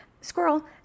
Squirrel